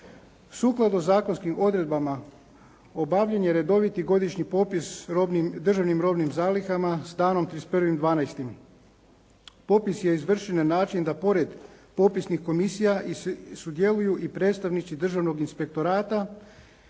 Sukladno zakonskim odredbama, obavljen je redoviti godišnji popis državnim robnim zalihama, s danom 31. 12., popis je izvršen na način da pored popisnih komisija sudjeluju i predstavnici državnog inspektorata